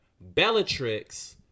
Bellatrix